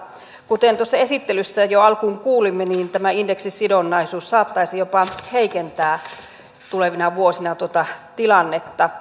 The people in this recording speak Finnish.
kuten tuossa esittelyssä jo alkuun kuulimme niin tämä indeksisidonnaisuus saattaisi jopa heikentää tulevina vuosina tuota tilannetta